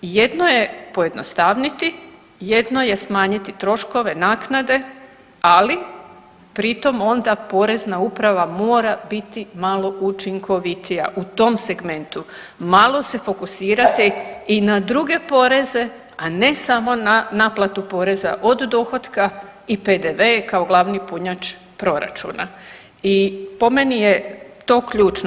Jedno je pojednostavniti, jedno je smanjiti troškove naknade, ali pri tom onda Porezna uprava mora biti malo učinkovitija u tom segmentu, malo se fokusirati i na druge poreze, a ne samo na naplatu poreza od dohotka i PDV kao glavni punjač proračuna i po meni je to ključno.